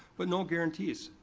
but no guarantees.